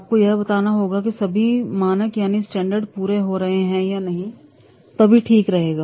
आपको यह बताना होगा की सभी मानक यानी स्टैंडर्ड पूरे हो रहे हैं या नहीं तभी ठीक रहेगा